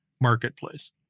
marketplace